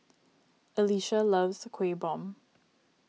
Alesia loves Kueh Bom